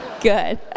Good